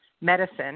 medicine